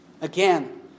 again